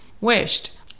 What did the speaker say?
wished